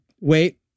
Wait